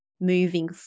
moving